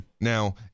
Now